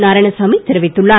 நாராயணசாமி தெரிவித்துள்ளார்